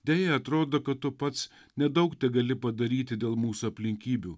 deja atrodo kad tu pats nedaug tegali padaryti dėl mūsų aplinkybių